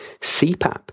CPAP